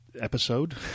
episode